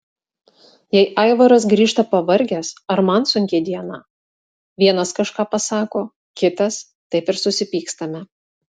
jei aivaras grįžta pavargęs ar man sunki diena vienas kažką pasako kitas taip ir susipykstame